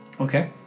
Okay